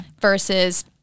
Versus